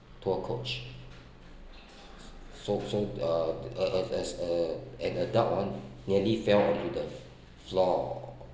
tour coach so so uh as~ as an an adult ah nearly fell on to the floor